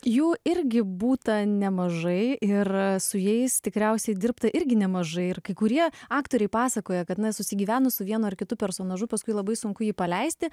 jų irgi būta nemažai ir su jais tikriausiai dirbta irgi nemažai ir kai kurie aktoriai pasakoja kad susigyvenus su vienu ar kitu personažu paskui labai sunku jį paleisti